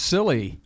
Silly